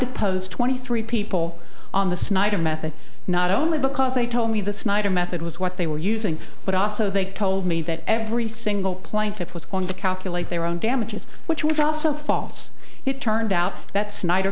deposed twenty three people on the sniper method not only because they told me that snyder method was what they were using but also they told me that every single plaintiff was going to calculate their own damages which would also falls it turned out that snyder